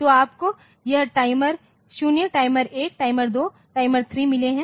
तो आपको यह टाइमर 0 टाइमर 1 टाइमर 2 टाइमर 3 मिले है